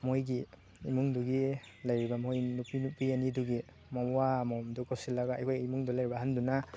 ꯃꯣꯏꯒꯤ ꯏꯃꯨꯡꯗꯨꯒꯤ ꯂꯩꯔꯤꯕ ꯃꯣꯏ ꯅꯨꯄꯤ ꯅꯨꯄꯤ ꯑꯅꯤꯗꯨꯒꯤ ꯃꯋꯥ ꯑꯃꯃꯝꯗꯨ ꯀꯧꯁꯤꯜꯂꯒ ꯑꯩꯈꯣꯏ ꯏꯃꯨꯡꯗ ꯂꯩꯔꯤꯕ ꯑꯍꯟꯗꯨꯅ